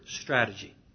strategy